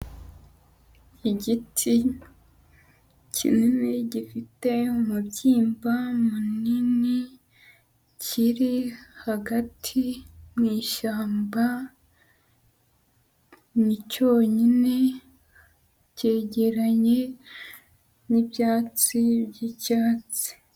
Igiti kinini gifite umubyimba munini, kiri hagati mu ishyamba, ni cyonyine, cyegeranye n'ibyatsi by'icyatsi.